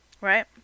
Right